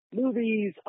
movies